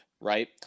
right